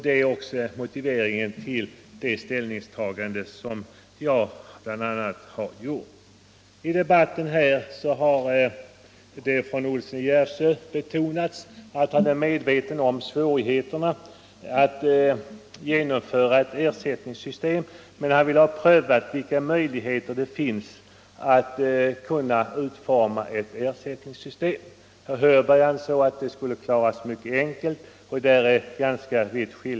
Det är också motiveringen för mitt ställningstagande. I debatten har herr Olsson i Järvsö betonat att han är medveten om svårigheterna att genomföra ett ersättningssystem, men han vill ha prövat vilka möjligheter det finns att utforma ett sådant. Herr Hörberg ansåg att det skulle vara enkelt att klara detta.